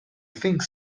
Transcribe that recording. think